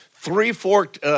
three-forked